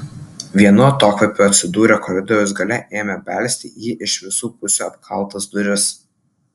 vienu atokvėpiu atsidūrę koridoriaus gale ėmė belsti į iš visų pusių apkaltas duris